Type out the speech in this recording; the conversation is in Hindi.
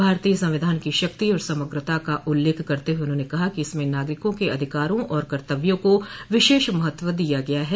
भारतीय संविधान की शक्ति और समग्रता का उल्लेख करते हुए उन्होंने कहा कि इसमें नागरिकों के अधिकारों और कर्तव्यों को विशेष महत्व दिया गया है